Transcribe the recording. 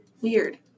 weird